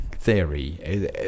theory